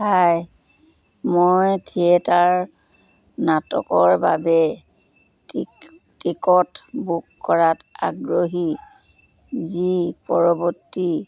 হাই মই থিয়েটাৰ নাটকৰ বাবে টি টিকট বুক কৰাত আগ্ৰহী যি পৰৱৰ্তী